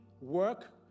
work